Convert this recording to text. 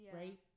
right